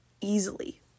easily